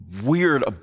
weird